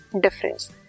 difference